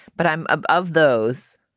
but i'm above those.